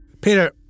Peter